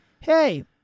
hey